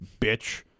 bitch